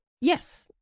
Yes